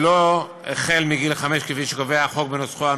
ואיך יכול להיות שדווקא ברשויות מקומיות חרדיות שנמצאות